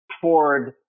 Ford